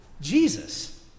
Jesus